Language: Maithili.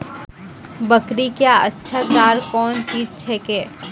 बकरी क्या अच्छा चार कौन चीज छै के?